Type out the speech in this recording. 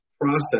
process